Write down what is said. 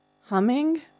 humming